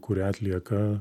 kurią atlieka